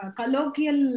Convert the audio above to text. colloquial